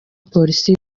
police